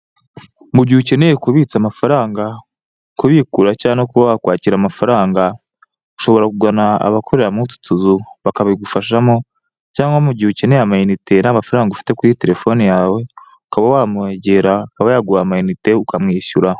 Mu gihe ukeneye kubitsa amafaranga, kubikura cyangwa kuba wakwakira amafaranga, ushobora kugana abakorera muri utu tuzu bakabigufashamo, cyangwa mugihe ukeneye amayinite nta mafaranga ufite kuri telefone yawe ukaba wamwegera akaba yaguha amayinite ukamwishyura.